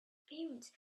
appearance